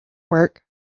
work